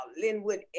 Linwood